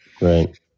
Right